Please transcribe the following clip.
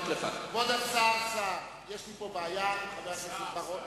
כבוד השר סער, יש לי פה בעיה עם חבר הכנסת בר-און.